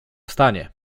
stanie